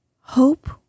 Hope